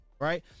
Right